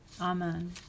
Amen